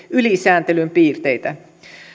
ylisääntelyn piirteitä